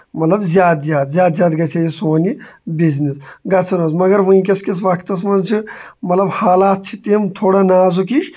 مطلب زیادٕ زیادٕ زیادٕ زیادٕ گژھِ ہا یہِ سون یہِ بزِنِس گژھُن اوس مَگر ؤنکیس کِس وقتَس منٛز چھِ مطلب حالات چھِ تِم تھوڑا نازُک ہی